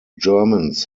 germans